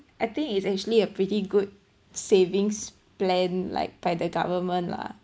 I think it's actually a pretty good savings plan like by the government lah